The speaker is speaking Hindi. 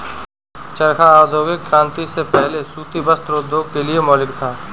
चरखा औद्योगिक क्रांति से पहले सूती वस्त्र उद्योग के लिए मौलिक था